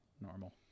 normal